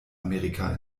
amerika